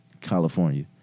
California